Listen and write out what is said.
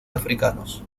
africanos